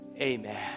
amen